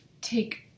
take